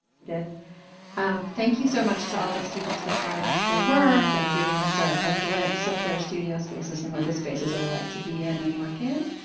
um thank you so much to all the students for showing us their work and giving us a ah glimpse of their studio spaces and what the spaces are like to be in and work in.